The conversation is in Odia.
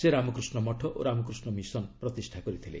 ସେ ରାମକୃଷ୍ଣ ମଠ ଓ ରାମକୃଷ୍ଣ ମିଶନ୍ ପ୍ରତିଷ୍ଠା କରିଥିଲେ